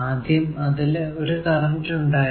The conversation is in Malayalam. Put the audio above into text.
ആദ്യം അതിലെ ഒരു കറന്റ് ഉണ്ടായിരുന്നു